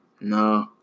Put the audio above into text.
No